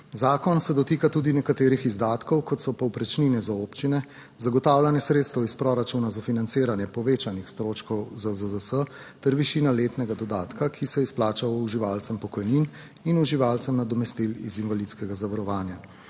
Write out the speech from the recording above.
Zakon se dotika tudi nekaterih izdatkov, kot so povprečnine za občine, zagotavljanje sredstev iz proračuna za financiranje povečanih stroškov ZZZS ter višina letnega dodatka, ki se izplača uživalcem pokojnin in uživalcem nadomestil iz invalidskega zavarovanja.